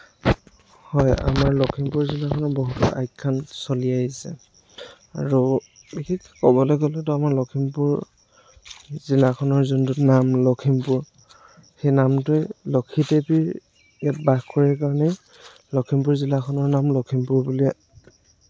হয় লক্ষীমপুৰ জিলাখনত বহুতো আখ্যান চলি আহিছে আৰু বিশেষ ক'বলৈ গ'লেটো আমাৰ লক্ষীমপুৰ জিলাখনৰ যোনটো নাম লক্ষীমপুৰ সেই নামটোয়েই লক্ষী দেৱীৰ ইয়াত বাস কৰে কাৰণে লক্ষীমপুৰ জিলাখনৰ নাম লক্ষীমপুৰ বুলি